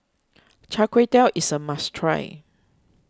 Char Kway Teow is a must try